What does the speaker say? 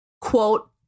Quote